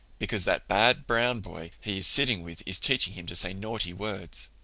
because that bad brown boy he is sitting with is teaching him to say naughty words.